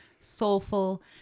soulful